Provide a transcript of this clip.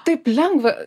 taip lengva